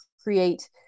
create